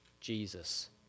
Jesus